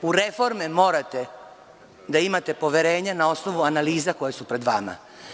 U reforme morate da imate poverenje na osnovu analiza koje su pred vama.